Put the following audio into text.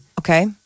Okay